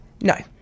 No